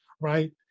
right